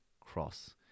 cross